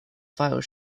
file